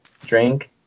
drink